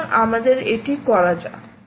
সুতরাং আমাদের এটি করা যাক